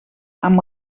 amb